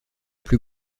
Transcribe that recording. plus